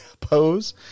pose